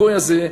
הגוי הזה,